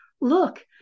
look